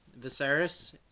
Viserys